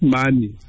money